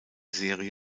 serie